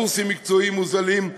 קורסים מקצועיים מוזלים,